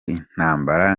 intambara